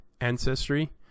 ancestry